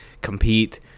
compete